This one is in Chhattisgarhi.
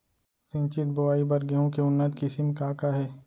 सिंचित बोआई बर गेहूँ के उन्नत किसिम का का हे??